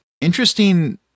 interesting